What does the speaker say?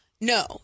no